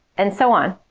and so on.